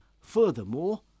Furthermore